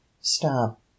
stop